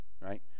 right